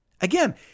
Again